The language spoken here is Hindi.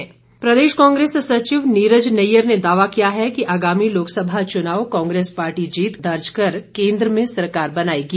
कांग्रेस सचिव प्रदेश कांग्रेस सचिव नीरज नैय्यर ने दावा किया है कि आगामी लोकसभा चुनाव कांग्रेस पार्टी जीत दर्ज कर केंद्र में सरकार बनाएगी